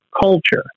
culture